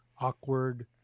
awkward